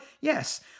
Yes